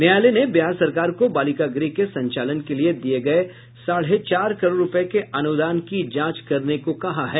न्यायालय ने बिहार सरकार को बालिका गृह के संचालन के लिये दिये गये साढ़े चार करोड़ रूपये के अनुदान की जांच करने को कहा है